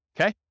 Okay